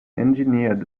engineered